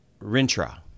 Rintra